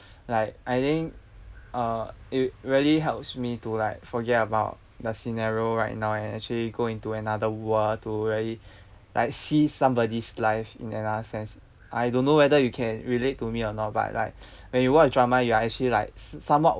like I think uh it really helps me to like forget about the scenario right now and actually go into another world to really like see somebody's life in another sense I don't know whether you can relate to me or not but like when you watch drama you are actually like s~ somewhat